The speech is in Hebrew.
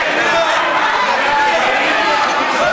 שיצביע עכשיו.